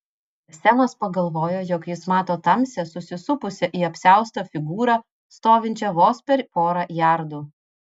semas pagalvojo jog jis mato tamsią susisupusią į apsiaustą figūrą stovinčią vos per porą jardų